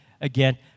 again